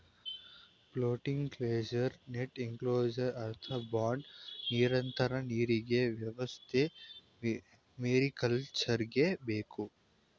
floating cages, net enclosures, earth bund, ನಿರಂತರ ನೀರಿನ ವ್ಯವಸ್ಥೆ ಮೇರಿಕಲ್ಚರ್ಗೆ ಬೇಕು